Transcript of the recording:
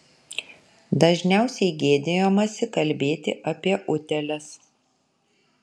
dažniausiai gėdijamasi kalbėti apie utėles